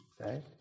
Okay